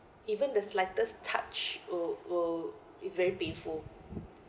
even the slightest touch will will it's very painful